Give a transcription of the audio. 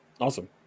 Awesome